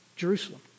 Jerusalem